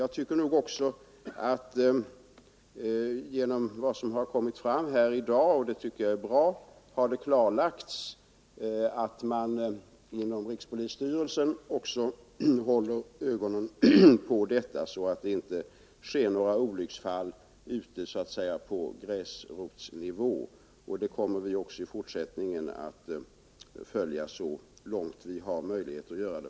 Genom vad som har kommit fram här i dag har det klarlagts — och det tycker jag är bra —- att man inom rikspolisstyrelsen också håller ögonen på detta så att det inte sker några olycksfall så att säga på gräsrotsnivå. Vi kommer också i fortsättningen att följa verksamheten så långt vi har möjlighet att göra det.